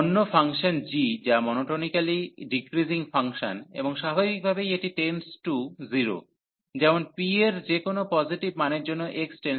অন্য function g যা monotonically decreasing function এবং স্বাভাবিকভাবেই এটি টেন্ডস টু 0 যেমন p এর যেকোন পজিটিভ মানের জন্য x →∞